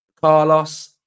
Carlos